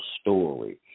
story